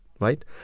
Right